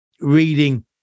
reading